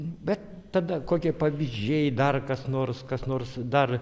bet tada kokie pavyzdžiai dar kas nors kas nors dar